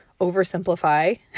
oversimplify